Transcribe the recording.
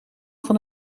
van